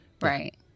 right